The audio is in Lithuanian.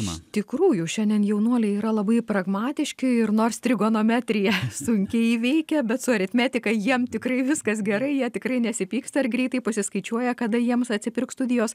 iš tikrųjų šiandien jaunuoliai yra labai pragmatiški ir nors trigonometriją sunkiai įveikia bet su aritmetika jiem tikrai viskas gerai jie tikrai nesipyksta ir greitai pasiskaičiuoja kada jiems atsipirks studijos